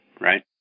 right